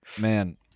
Man